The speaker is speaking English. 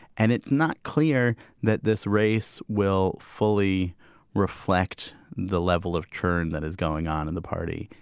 and it's not clear that this race will fully reflect the level of churn that is going on in the party.